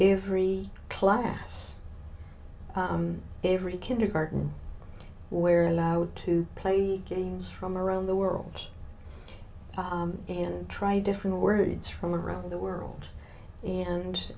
every class every kindergarten where allowed to play games from around the world and try different words from around the world and